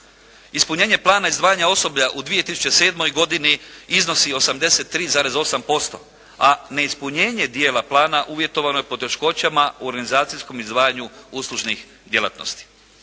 Ispunjenje plana izdvajanja osoblja u 2007. godini iznosi 83,8% a neispunjenje dijela plana uvjetovano je poteškoćama u organizacijskom izdvajanju uslužnih djelatnosti.